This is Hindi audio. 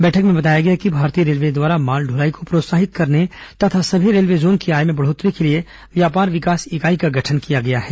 बैठक में बताया गया कि भारतीय रेलवे द्वारा माल दुलाई को प्रोत्साहित करने तथा सभी रेलवे जोन की आय में बढ़ोतरी के लिए व्यापार विकास इकाई का गठन किया गया है